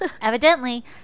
Evidently